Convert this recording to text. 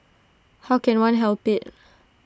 how can one help IT